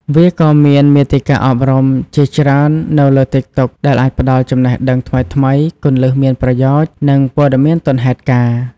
វាក៏មានមាតិកាអប់រំជាច្រើននៅលើតិកតុកដែលអាចផ្ដល់ចំណេះដឹងថ្មីៗ គន្លឹះមានប្រយោជន៍ និងព័ត៌មានទាន់ហេតុការណ៍។